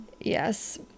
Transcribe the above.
Yes